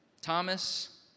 Thomas